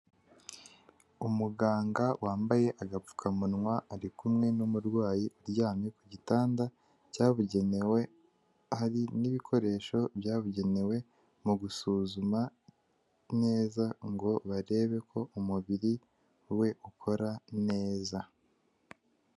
Umuganga wambaye agapfukamunwa ari kumwe n'umurwayi uryamye ku gitanda cyabugenewe; hari n'ibikoresho byabugenewe mu gusuzuma neza ngo barebe ko umubiri we ukora neza.